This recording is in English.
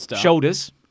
shoulders